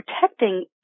protecting